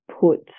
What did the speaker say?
put